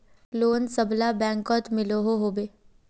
Loan सबला बैंकोत मिलोहो होबे?